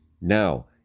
Now